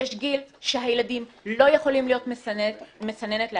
יש גיל שהילדים לא יכולים להיות מסננת לעצמם,